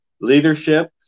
Leadership